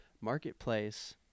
marketplace